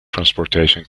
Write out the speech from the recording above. transportation